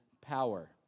power